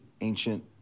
ancient